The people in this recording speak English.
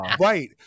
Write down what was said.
Right